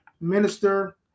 minister